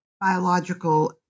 biological